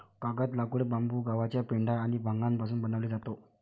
कागद, लाकूड, बांबू, गव्हाचा पेंढा आणि भांगापासून बनवले जातो